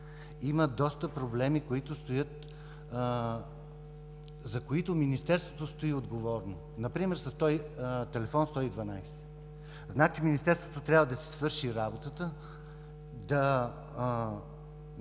има доста проблеми, за които Министерството стои отговорно. Например с тел. 112 Министерството трябва да си свърши работата, да заплати